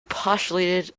postulated